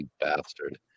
bastard